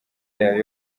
yayo